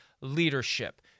Leadership